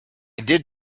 did